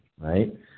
right